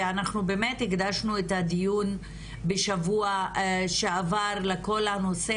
ואנחנו באמת הקדשנו את הדיון בשבוע שעבר לכל הנושא